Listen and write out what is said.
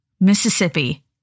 Mississippi